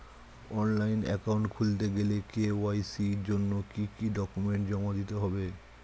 Online account খুলতে গেলে KYC জন্য কি কি ডকুমেন্ট জমা দিতে হবে?